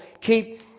keep